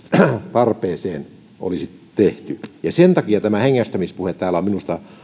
tarpeeseen olisi tehty ja sen takia tämä hengästämispuhe täällä on minusta